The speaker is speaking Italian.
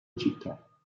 città